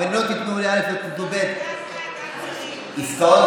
אבל אם לא תיתנו לי א' ותיתנו ב' זאת לא עמדת השר,